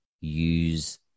use